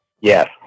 Yes